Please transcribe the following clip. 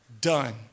done